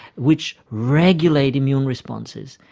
which regulate immune responses,